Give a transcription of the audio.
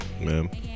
Man